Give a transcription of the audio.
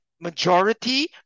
majority